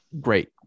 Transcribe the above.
great